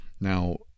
Now